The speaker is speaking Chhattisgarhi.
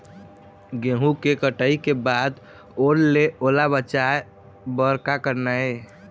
गेहूं के कटाई के बाद ओल ले ओला बचाए बर का करना ये?